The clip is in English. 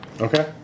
Okay